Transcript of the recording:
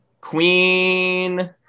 queen